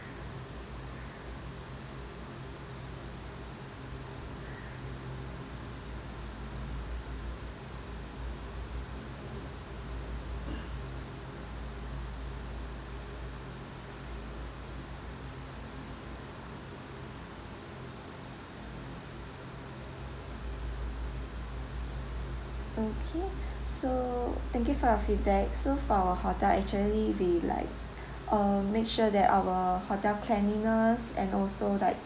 okay so thank you for your feedback so for our hotel actually we like um make sure that our cleanliness and also like